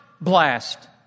blast